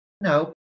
No